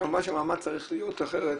כמובן שהמעמד צריך להיות אחרת,